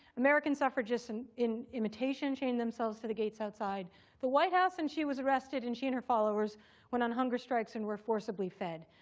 american suffragists, in imitation, chained themselves to the gates outside the white house. and she was arrested and she and her followers went on hunger strikes and were forcibly fed.